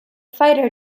fighter